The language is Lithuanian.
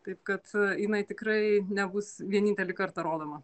taip kad jinai tikrai nebus vienintelį kartą rodoma